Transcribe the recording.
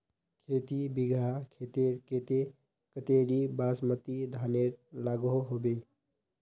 खेती बिगहा खेतेर केते कतेरी बासमती धानेर लागोहो होबे?